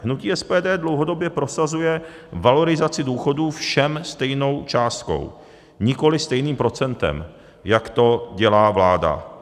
Hnutí SPD dlouhodobě prosazuje valorizaci důchodů všem stejnou částkou, nikoliv stejným procentem, jak to dělá vláda.